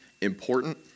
important